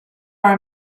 are